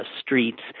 streets